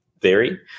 theory